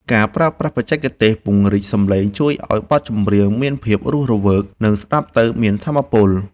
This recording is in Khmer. ការប្រើប្រាស់បច្ចេកទេសពង្រីកសំឡេងជួយឱ្យបទចម្រៀងមានភាពរស់រវើក និង ស្ដាប់ទៅមានថាមពល។